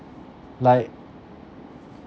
like